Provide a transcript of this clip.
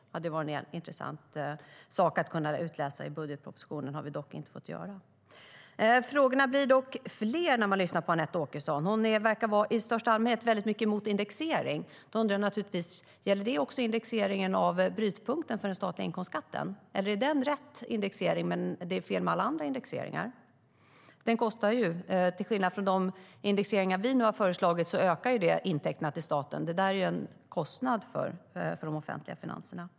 Det hade varit intressant att kunna utläsa det ur budgetpropositionen, men det har vi inte fått göra. Frågorna blir dock fler när man lyssnar på Anette Åkesson. Hon verkar i största allmänhet vara väldigt mycket emot indexering. Då undrar jag naturligtvis: Gäller det också indexeringen av brytpunkten för den statliga inkomstskatten, eller är den indexeringen rätt och alla andra indexeringar fel? Till skillnad från de indexeringar som vi nu har föreslagit ökar den kostnaderna till staten, medan det är en kostnad för de offentliga finanserna.